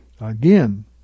Again